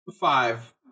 five